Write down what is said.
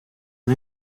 and